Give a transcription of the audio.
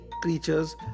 creatures